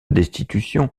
destitution